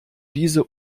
diese